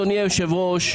אדוני היושב ראש,